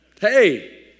Hey